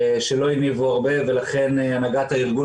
שלא הניבו הרבה ולכן הנהגת הארגון